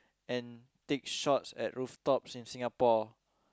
and take shots at rooftops in Singapore